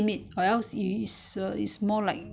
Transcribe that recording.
比较多水分会比较比较好吃 lah